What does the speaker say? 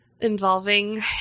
involving